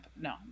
no